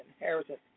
inheritance